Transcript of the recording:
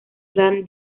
plan